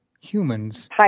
humans